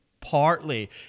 partly